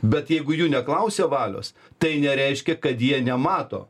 bet jeigu jų neklausia valios tai nereiškia kad jie nemato